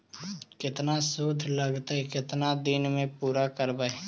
केतना शुद्ध लगतै केतना दिन में पुरा करबैय?